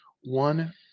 one